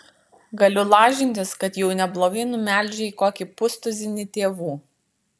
galiu lažintis kad jau neblogai numelžei kokį pustuzinį tėvų